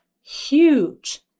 huge